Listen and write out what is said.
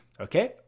okay